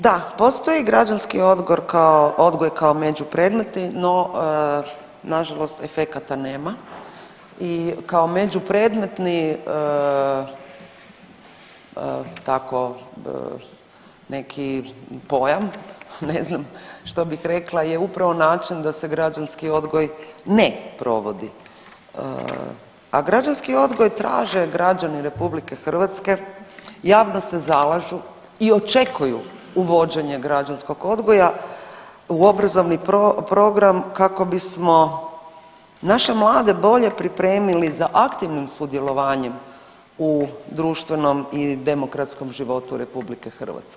Da, postoji građanski odgoj kao međupredmeti no nažalost efekata nema i kao međupredmetni tako, neki pojam, ne znam što bih rekla je upravo način da se građanski odgoj ne provodi, a građanski odgoj traže građani RH, javno se zalažu i očekuju uvođenje građanskog odgoja u obrazovni program kako bismo naše mlade bolje pripremili za aktivnim sudjelovanjem u društvenom i demokratskom životu RH.